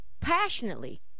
passionately